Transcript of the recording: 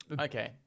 Okay